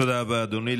תודה רבה, אדוני.